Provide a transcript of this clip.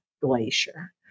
glacier